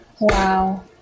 wow